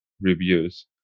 reviews